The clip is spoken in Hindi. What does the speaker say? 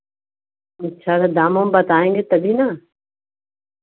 अच्छा दाम वाम बताएँगे तभी ना